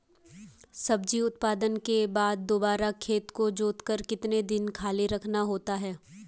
सब्जी उत्पादन के बाद दोबारा खेत को जोतकर कितने दिन खाली रखना होता है?